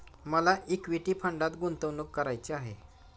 मला इक्विटी फंडात गुंतवणूक करायची आहे